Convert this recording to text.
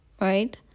right